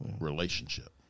relationship